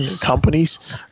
companies